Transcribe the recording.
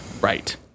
right